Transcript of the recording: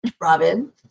Robin